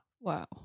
Wow